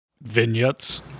Vignettes